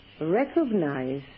recognize